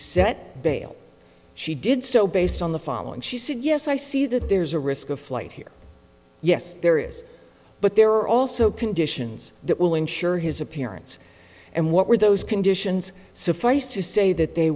set bail she did so based on the following she said yes i see that there's a risk of flight here yes there is but there are also conditions that will ensure his appearance and what were those conditions suffice to say that they